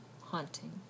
haunting